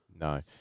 No